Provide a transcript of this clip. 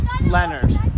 Leonard